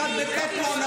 אחת בקפלן,